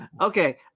Okay